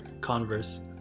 Converse